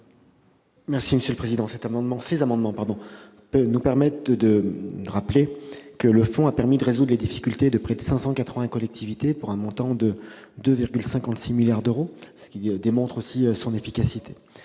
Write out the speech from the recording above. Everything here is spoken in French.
du Gouvernement ? L'examen de ces amendements me permet de rappeler que le fonds a permis de résoudre les difficultés de près de 580 collectivités, pour un montant de 2,56 milliards d'euros, ce qui démontre aussi son efficacité.